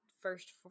first